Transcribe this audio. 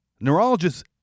Neurologists